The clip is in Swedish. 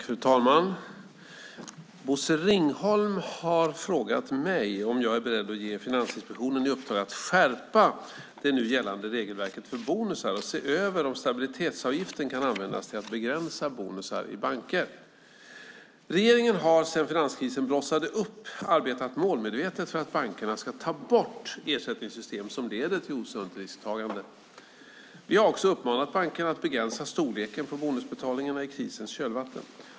Fru talman! Bosse Ringholm har frågat mig om jag är beredd att ge Finansinspektionen i uppdrag att skärpa det nu gällande regelverket för bonusar och se över om stabilitetsavgiften kan användas till att begränsa bonusar i banker. Regeringen har sedan finanskrisen blossade upp arbetat målmedvetet för att bankerna ska ta bort ersättningssystem som leder till osunt risktagande. Vi har också uppmanat bankerna att begränsa storleken på bonusutbetalningarna i krisens kölvatten.